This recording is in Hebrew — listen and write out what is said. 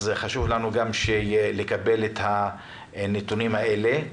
אז חשוב לנו לקבל גם את הנתונים האלה.